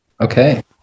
Okay